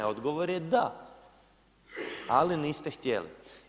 Odgovor je da ali niste htjeli.